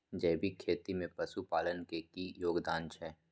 जैविक खेती में पशुपालन के की योगदान छै?